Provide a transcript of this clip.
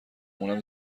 اونم